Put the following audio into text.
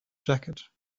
jacket